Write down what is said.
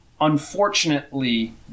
unfortunately